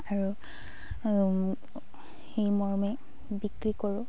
আৰু সেই মৰ্মে বিক্ৰী কৰোঁ